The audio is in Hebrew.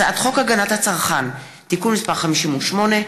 הצעת חוק הגנת הצרכן (תיקון מס' 58)